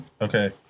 Okay